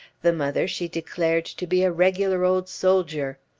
the mother she declared to be a regular old soldier.